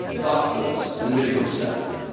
doctors and medical staff,